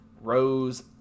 Rose